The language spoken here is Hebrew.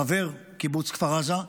חבר קיבוץ כפר עזה,